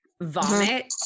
vomit